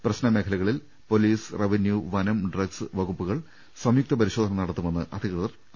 പ്രശ്നമേഖലകളിൽ police revenue വനം drugs വകുപ്പുകൾ സംയുക്ത പരിശോധന നടത്തുമെന്ന് അധികൃതർ അറിയിച്ചു